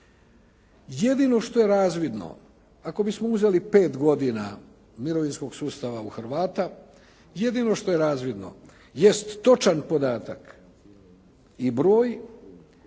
Jedino što je razvidno, ako bismo uzeli pet godina mirovinskog sustava u Hrvata, jedino što je razvidno jest točan podatak i broj